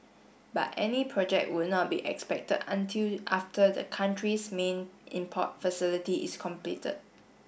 but any project would not be expected until after the country's main import facility is completed